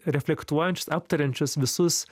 reflektuojančius aptariančius visus